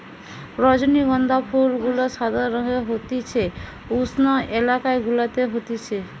রজনীগন্ধা ফুল গুলা সাদা রঙের হতিছে উষ্ণ এলাকা গুলাতে হতিছে